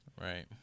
Right